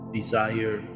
desire